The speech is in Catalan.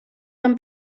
van